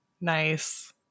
nice